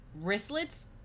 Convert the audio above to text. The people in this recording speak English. Wristlets